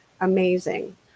amazing